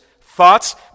thoughts